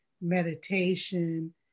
meditation